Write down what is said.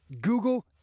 Google